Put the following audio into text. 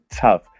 tough